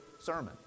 sermon